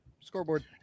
Scoreboard